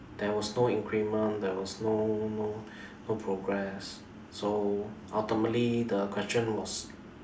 there was no increment there was no no no progress so ultimately the question was